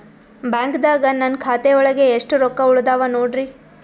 ಬ್ಯಾಂಕ್ದಾಗ ನನ್ ಖಾತೆ ಒಳಗೆ ಎಷ್ಟ್ ರೊಕ್ಕ ಉಳದಾವ ನೋಡ್ರಿ?